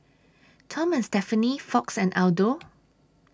Tom and Stephanie Fox and Aldo